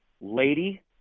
lady